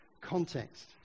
context